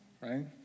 right